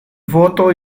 foto